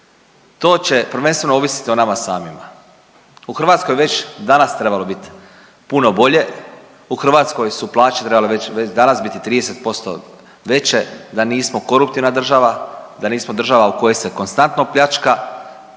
To će prvenstveno ovisiti o nama samima. U Hrvatskoj je već danas trebalo biti puno bolje, u Hrvatskoj su plaće trebale već, već danas biti 30% veće da nismo koruptivna država, da nismo država u kojoj se konstantno pljačka,